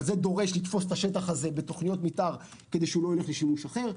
אבל זה דורש תפיסת השטח הזה בתוכניות מתאר כדי שהוא ילך לשימוש אחר.